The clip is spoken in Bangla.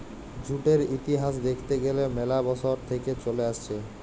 জুটের ইতিহাস দ্যাখতে গ্যালে ম্যালা বসর থেক্যে চলে আসছে